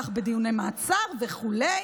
כך גם בדיוני מעצר" וכו'.